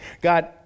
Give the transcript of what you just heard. God